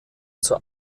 zur